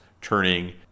turning